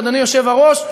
אדוני היושב-ראש,